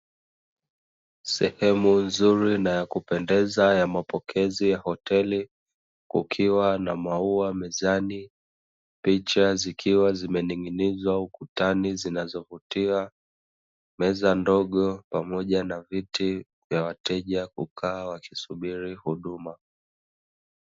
Sehemu nzuri na ya kupendeza ya mapokezi ya hoteli, kukiwa na maua mezani picha zikiwa zimening'inizwa ukutani zinazovutia, meza ndogo pamoja na viti vya wateja kukaa wakisubiri huduma.